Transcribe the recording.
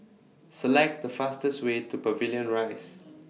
Select The fastest Way to Pavilion Rise